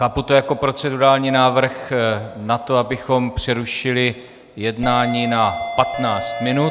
Chápu to jako procedurální návrh na to, abychom přerušili jednání na 15 minut.